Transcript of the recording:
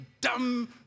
dumb